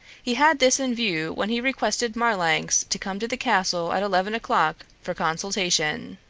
he had this in view when he requested marlanx to come to the castle at eleven o'clock for consultation.